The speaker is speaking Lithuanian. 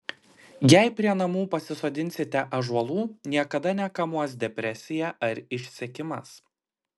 jei prie namų pasisodinsite ąžuolų niekada nekamuos depresija ar išsekimas